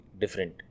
different